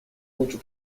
кучу